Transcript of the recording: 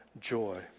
joy